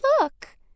look